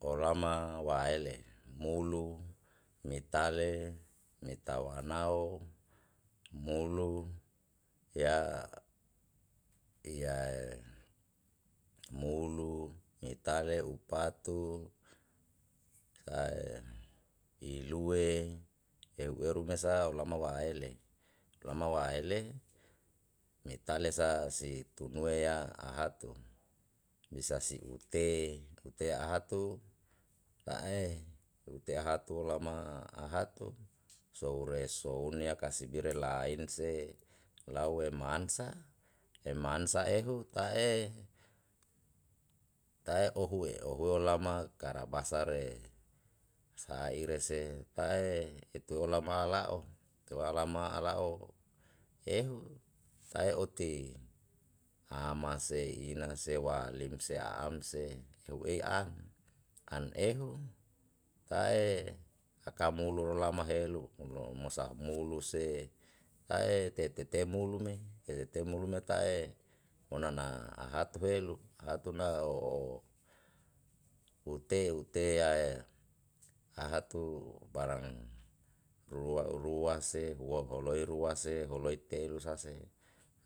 olama waele molu metale mitawanao molu ya yae molu mitale upatu sae ilue ue eru na sa olama waele olama waele mitale sa si tunue a ahatu bisa si ute ute hatu a e ute hatu olama a hatu soure soune kasibia re lain se lau e mansa e mansa ehu ta'e tae ohue ohue lama kara basare sa'a ire se ta'e i tue olama la'o tue olama a la'o ehu sae oti a mase ina sewa lim se a am se eu e an, an ehu tae aka molu olama helu ulo mo sa molu se ae tei tete molu me e tetei molu me ta'e o nana a hatu helu, hatu me ao o ute ute yae a hatu barang rua u rua se hua holoe rua se holoe telu sa se